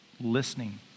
listening